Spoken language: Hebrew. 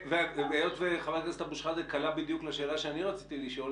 היות וח"כ אבו שחאדה קלע בדיוק לשאלה שאני רציתי לשאול,